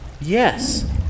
Yes